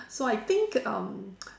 so I think um